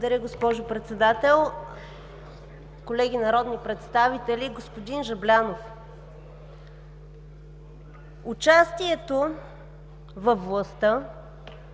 Благодаря, госпожо Председател. Колеги народни представители, господин Жаблянов! Участието във властта